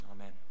Amen